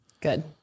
Good